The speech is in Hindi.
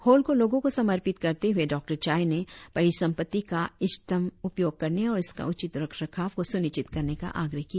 हॉल को लोगों को समर्पित करते हुए डॉ चाई ने परिसम्पति का इष्टतम उपयोग करने और इसका उचित रखरखाव को सुनिश्चित करने का आग्रह किया